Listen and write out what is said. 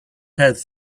head